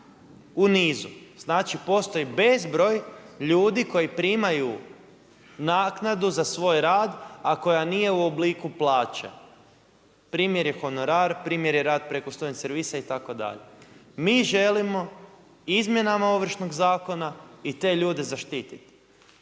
u nizu. Znači postoje bezbroj ljudi koji primaju naknadu za svoj rad a koja nije u obliku plaće. Primjer je honorar, primjer je rad preko student servisa itd.. Mi želimo izmjenama Ovršnog zakona i te ljude zaštiti.